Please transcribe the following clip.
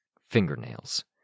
Fingernails